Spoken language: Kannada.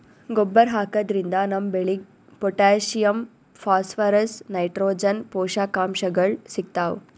ಗೊಬ್ಬರ್ ಹಾಕಿದ್ರಿನ್ದ ನಮ್ ಬೆಳಿಗ್ ಪೊಟ್ಟ್ಯಾಷಿಯಂ ಫಾಸ್ಫರಸ್ ನೈಟ್ರೋಜನ್ ಪೋಷಕಾಂಶಗಳ್ ಸಿಗ್ತಾವ್